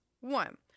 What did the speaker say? One